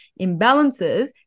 imbalances